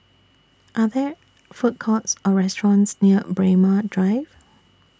Are There Food Courts Or restaurants near Braemar Drive